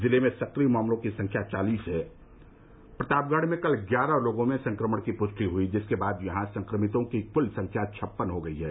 जिले में सक्रिय मामलों की संख्या चालीस है प्रतापगढ़ में कल ग्यारह लोगों में संक्रमण की पुष्टि हुई जिसके बाद यहां संक्रमितों की कुल संख्या छप्पन हो गई है